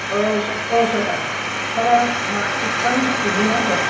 औ सार औ सार सारा माबा सिरां द्रिस्टिक्टनि ना सार